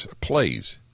plays